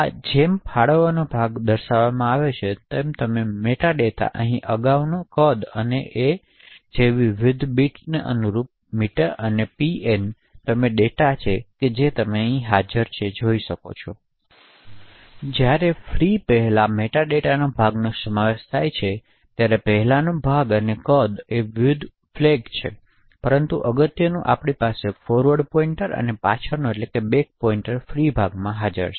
આ જેમ ફાળવવામાં ભાગ દેખાવ કંઈક તમે મેટાડેટા અહીં અગાઉના અને કદ અને એનજેવી વિવિધ બીટ્સ અનુરૂપ હોય મીટર અને પીઅને તમે ડેટા જે અહીં હાજર છે જ્યારે ફ્રી પહેલાં મેટાડેટાની ભાગ સમાવેશ થાય છે પહેલાનો ભાગ અને કદ અને વિવિધ ફ્લેગ પરંતુ અગત્યનું આપણી પાસે ફોરવર્ડ પોઇન્ટર અને પાછળનો પોઇન્ટર ફ્રી ભાગમાં હાજર છે